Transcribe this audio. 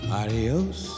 adios